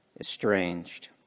estranged